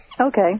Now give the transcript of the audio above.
Okay